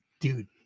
Dude